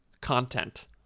content